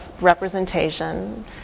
representation